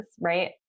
right